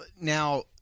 now